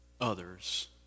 others